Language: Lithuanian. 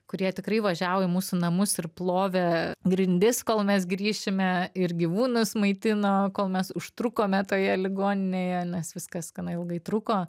kurie tikrai važiavo į mūsų namus ir plovė grindis kol mes grįšime ir gyvūnus maitino kol mes užtrukome toje ligoninėje nes viskas gana ilgai truko